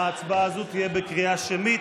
ההצבעה הזו תהיה בקריאה שמית.